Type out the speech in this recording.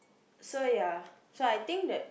so ya so I think that